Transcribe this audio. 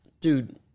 dude